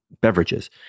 beverages